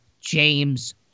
James